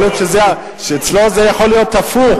יכול להיות שאצלו זה יכול להיות הפוך.